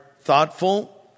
thoughtful